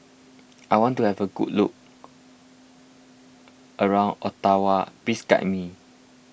I want to have a good look around Ottawa please guide me